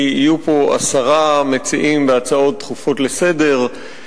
יהיו פה עשרה מציעים של הצעות דחופות לסדר-היום,